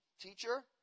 Teacher